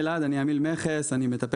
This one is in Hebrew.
עמיל מכס.